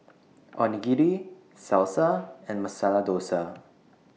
Onigiri Salsa and Masala Dosa